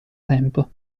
tempo